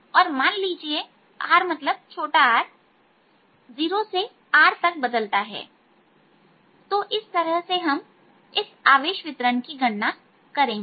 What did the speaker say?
और मान लीजिए r मतलब छोटा r 0 से R तक बदलता है तो इस तरह से हम इस आवेश वितरण की गणना करेंगे